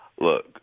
Look